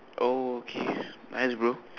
oh okay nice bro